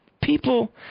People